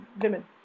women